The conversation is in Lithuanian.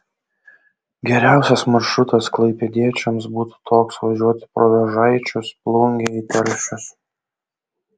geriausias maršrutas klaipėdiečiams būtų toks važiuoti pro vėžaičius plungę į telšius